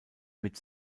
mit